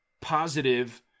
positive